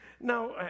now